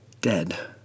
dead